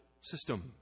system